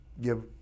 give